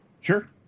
Sure